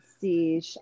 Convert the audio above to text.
see